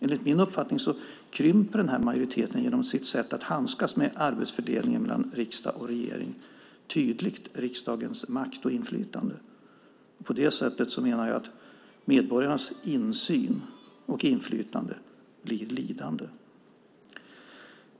Enligt min uppfattning krymper majoriteten, genom sitt sätt att handskas med arbetsfördelningen mellan riksdag och regering, tydligt riksdagens makt och inflytande. På det sättet menar jag att medborgarnas insyn och inflytande blir lidande.